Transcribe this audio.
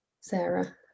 Sarah